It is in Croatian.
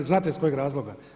Znate iz kojeg razloga?